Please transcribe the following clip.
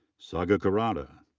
sagar kurada.